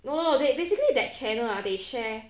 no lor basically that channel ah they share